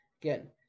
again